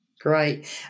great